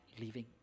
leaving